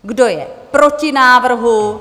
Kdo je proti návrhu?